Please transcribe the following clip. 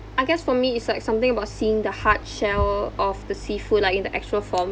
I guess for me it's like something about seeing the hard shell of the seafood like in the actual form